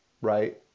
right